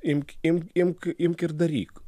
imk imk imk imk ir daryk